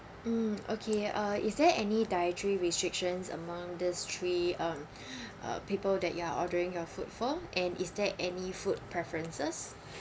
mm okay uh is there any dietary restrictions among these three um uh people that you are ordering your food for and is there any food preferences